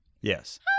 Yes